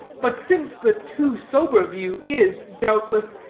but since the too-sober view is, doubtless,